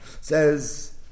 Says